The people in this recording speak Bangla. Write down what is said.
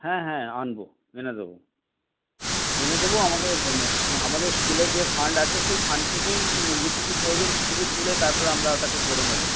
হ্যাঁ হ্যাঁ আনবো এনে দেবো এনে দেবো আমাদের আমাদের স্কুলের যে ফান্ড আছে সেই ফান্ড থেকেই যেটুকু প্রয়োজন সেটুকু তুলে তারপর আমরা ওটাকে করে নেবো